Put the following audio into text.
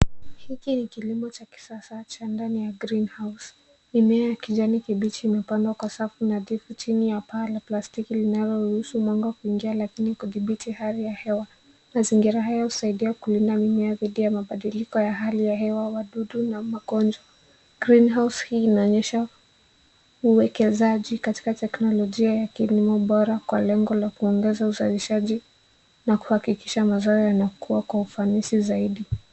Hiki ni kilimo la kisasa cha ndani ya greenhouse .Mimea ya kijani kibichi imepandwa kwa safu nadhifu chini ya paa la plastiki linalo ruhusu mwanga kuingia kakini kudhibiti hali ya hewa. Mazingira haya husaidia mimea dhidi ya mabadiliko ya hali ya hewa, wadudu na magonjwa. Greenhouse hii inaonyesha uwekezaji katika teknolojia ya kilimo bora kwa lengo la kuongeza uzalishaji na kuhakikisha mazao yanakuwa kwa ufanisi zaidi.